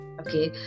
okay